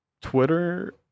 Twitter